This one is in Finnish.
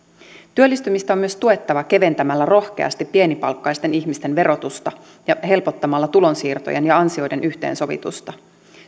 työllistymistä on myös tuettava keventämällä rohkeasti pienipalkkaisten ihmisten verotusta ja helpottamalla tulonsiirtojen ja ansioiden yhteensovitusta